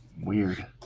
weird